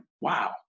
wow